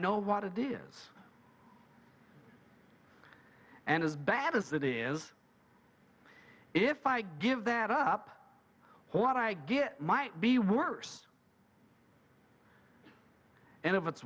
know what it is and as bad as that is if i give that up what i get might be worse and if it's